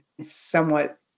somewhat